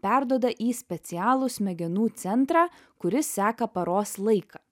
perduoda į specialų smegenų centrą kuris seka paros laiką